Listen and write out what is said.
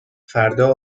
فردا